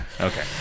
Okay